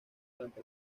durante